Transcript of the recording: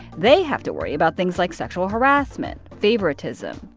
they have to worry about things like sexual harassment, favoritism,